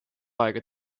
aega